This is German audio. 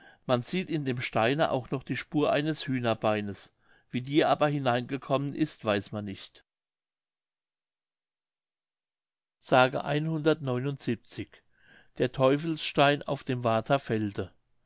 man sieht in dem steine auch noch die spur eines hühnerbeines wie die aber hineingekommen ist weiß man nicht acten der